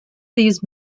these